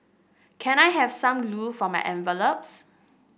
can I have some glue for my envelopes